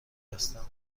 هستم